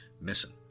missing